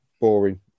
boring